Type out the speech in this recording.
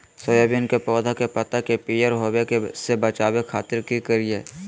Soybean के पौधा के पत्ता के पियर होबे से बचावे खातिर की करिअई?